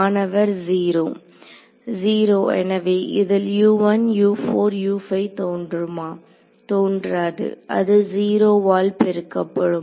மாணவர் 0 0 எனவே இதில் தோன்றுமா தோன்றாது அது ௦ வால் பெருக்கப்படும்